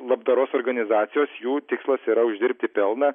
labdaros organizacijos jų tikslas yra uždirbti pelną